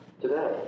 today